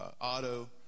auto